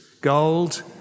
Gold